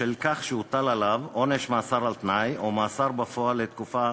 בשל כך שהוטל עליו עונש מאסר על-תנאי או מאסר בפועל לתקופה